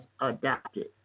adopted